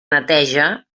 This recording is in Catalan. neteja